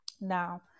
Now